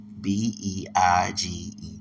B-E-I-G-E